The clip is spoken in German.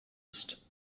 ist